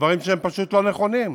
דברים שהם פשוט לא נכונים.